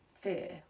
fear